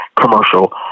commercial